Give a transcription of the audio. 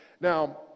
Now